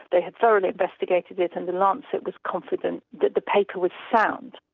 they had thoroughly investigated it and the lancet was confident that the paper was sound.